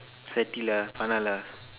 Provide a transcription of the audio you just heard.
sweaty lah வேணா:veenaa lah